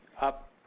up